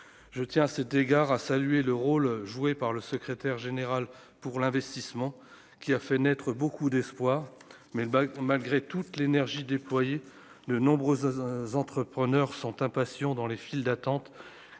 je tiens à cet égard, a salué le rôle joué par le secrétaire général pour l'investissement, qui a fait naître beaucoup d'espoir, mais le bac malgré toute l'énergie déployée de nombreux hein entrepreneur sont impatients dans les files d'attente